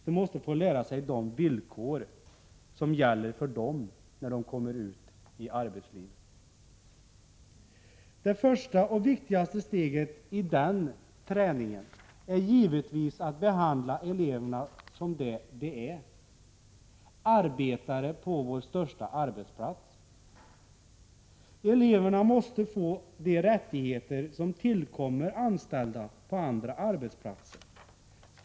De måste få lära sig de villkor som gäller för dem när de kommer ut i arbetslivet. Det första och viktigaste steget i den träningen är givetvis att behandla eleverna som det de är — arbetare på vår största arbetsplats. Eleverna måste få de rättigheter som tillkommer anställda på andra arbetsplatser.